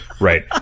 right